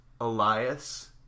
Elias